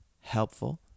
helpful